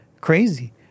crazy